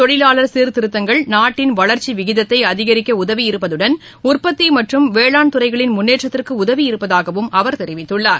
தொழிலாளர் சீர்த்திருத்தங்கள் நாட்டின் வளர்ச்சி விகிதத்தை அதிகரிக்க உதவி இருப்பதுடன் உற்பத்தி மற்றும் வேளாண் துறைகளின் முன்னேற்றத்திற்கு உதவி இருப்பதாகவும் அவர் தெரிவித்துள்ளார்